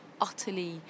utterly